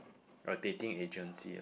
rotating agency ah